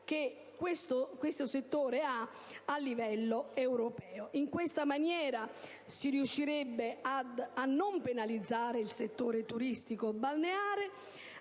del settore a livello europeo. In tal modo, si riuscirebbe a non penalizzare il settore turistico-balneare